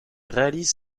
réalise